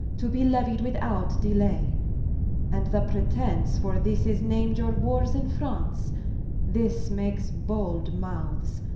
to be leuied without delay and the pretence for this is nam'd, your warres in france this makes bold mouths,